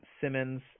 Simmons